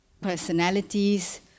personalities